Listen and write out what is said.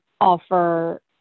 offer